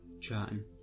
chatting